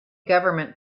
government